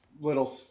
little